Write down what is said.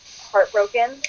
heartbroken